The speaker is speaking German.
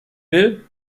will